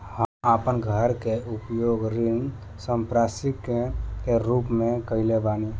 हम आपन घर के उपयोग ऋण संपार्श्विक के रूप में कइले बानी